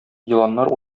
еланнар